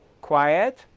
quiet